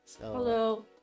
Hello